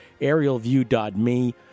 aerialview.me